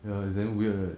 ya it's damn weird right